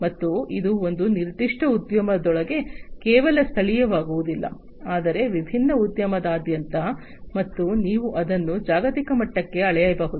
ಮತ್ತು ಇದು ಒಂದು ನಿರ್ದಿಷ್ಟ ಉದ್ಯಮದೊಳಗೆ ಕೇವಲ ಸ್ಥಳೀಯವಾಗುವುದಿಲ್ಲ ಆದರೆ ವಿಭಿನ್ನ ಉದ್ಯಮದಾದ್ಯಂತ ಮತ್ತು ನೀವು ಅದನ್ನು ಜಾಗತಿಕ ಮಟ್ಟಕ್ಕೆ ಅಳೆಯಬಹುದು